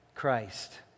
Christ